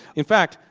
in fact,